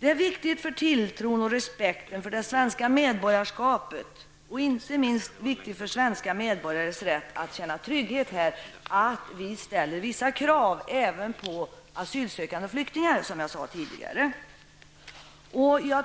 Det är också viktigt för tilltron till och respekten för det svenska medborgarskapet. För att svenska medborgare skall känna trygghet är det särskilt viktigt att vi ställer vissa krav även på asylsökande och flyktingar. På den punkten